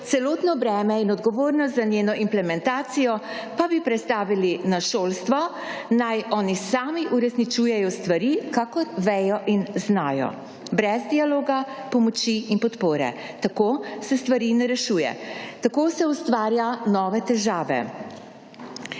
celotno breme in odgovornost za njeno implementacijo pa bi prestavili na šolstvo, naj oni sami uresničujejo stvari kakor vejo in znajo, brez dialoga, pomoči in podpore. Tako se stvari ne rešuje, tako se ustvarja nove težave.